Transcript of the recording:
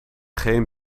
geen